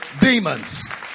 Demons